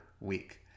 week